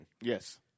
Yes